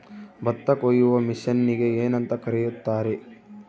ಭತ್ತ ಕೊಯ್ಯುವ ಮಿಷನ್ನಿಗೆ ಏನಂತ ಕರೆಯುತ್ತಾರೆ?